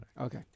Okay